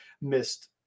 missed